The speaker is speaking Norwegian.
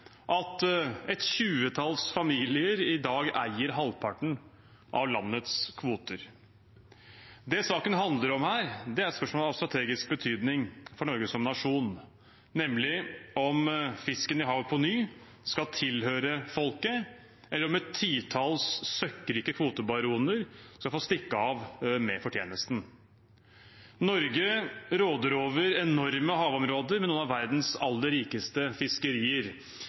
at et tjuetalls familier i dag eier halvparten av landets kvoter. Det denne saken handler om, er et spørsmål av strategisk betydning for Norge som nasjon, nemlig om fisken i havet på ny skal tilhøre folket, eller om et titalls søkkrike kvotebaroner skal få stikke av med fortjenesten. Norge råder over enorme havområder, med noen av verdens aller rikeste fiskerier.